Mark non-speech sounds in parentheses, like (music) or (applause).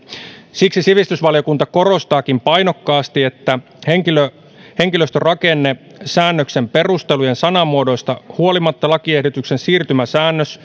siksi sivistysvaliokunta korostaakin painokkaasti että henkilöstörakennesäännöksen perustelujen sanamuodoista huolimatta lakiesityksen siirtymäsäännös (unintelligible)